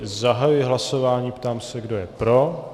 Zahajuji hlasování a ptám se, kdo je pro.